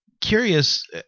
curious